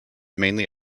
mainly